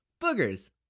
Boogers